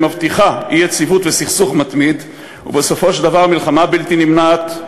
היא מבטיחה אי-יציבות וסכסוך מתמיד ובסופו של דבר מלחמה בלתי נמנעת,